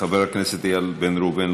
חבר הכנסת איל בן ראובן,